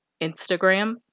Instagram